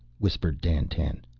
whispered dandtan.